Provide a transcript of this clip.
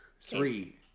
Three